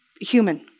Human